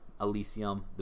Elysium